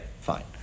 Fine